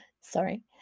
sorry